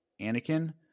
Anakin